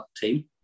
team